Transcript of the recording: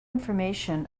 information